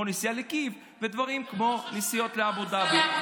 נסיעה לקייב ודברים כמו נסיעות לאבו דאבי.